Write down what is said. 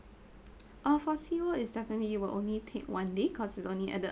uh for sea world is definitely it will only take one day cause it's only at the